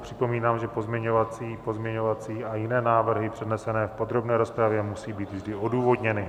Připomínám, že pozměňovací a jiné návrhy přednesené v podrobné rozpravě musí být vždy odůvodněny.